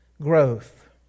growth